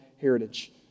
heritage